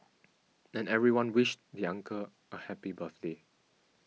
and everyone wished the uncle a happy birthday